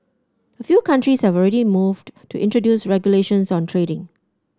a few countries have already moved to introduce regulations on trading